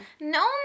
no